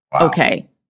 Okay